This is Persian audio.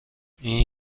این